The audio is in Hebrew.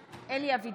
(קוראת בשמות חברי הכנסת) אלי אבידר,